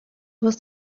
was